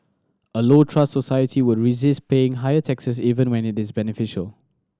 a low trust society will resist paying higher taxes even when it is beneficial